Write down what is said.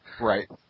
Right